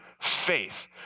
faith